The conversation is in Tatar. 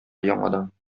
яңадан